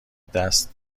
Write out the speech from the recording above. دست